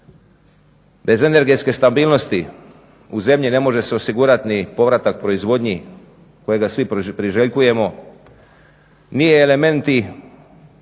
Bez energetske stabilnosti u zemlji ne može se osigurati ni povratak proizvodnji kojega svi priželjkujemo, ni elementi